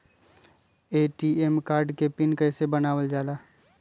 ATM card के pin कैसे बनावल जाला?